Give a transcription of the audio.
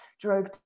drove